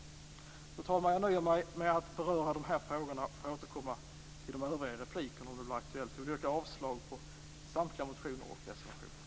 Fru talman! Jag nöjer mig med att beröra de här frågorna. Jag får återkomma till de övriga i repliker om det blir aktuellt. Jag yrkar avslag på samtliga motioner och reservationer.